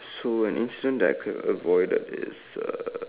so an instance that I could have avoided is uh